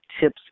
tips